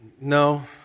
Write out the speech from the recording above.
No